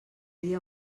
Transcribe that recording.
dir